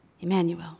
Emmanuel